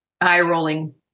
eye-rolling